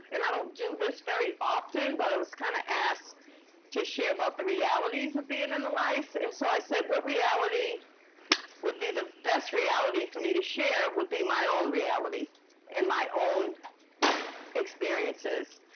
and i don't do this very often, but i was kind of asked to share about the realities of being in the life, and so i said, what reality would be the best reality for me to share would be my own reality and my own experiences.